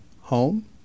home